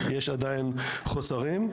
יש עדיין חוסרים.